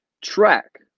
Track